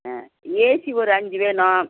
ஆ AC ஒரு அஞ்சு வேணும்